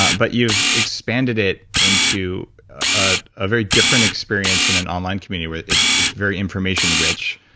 but but you've expanded it into a ah very different experience in an online community, where it's it's very information rich.